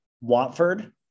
Watford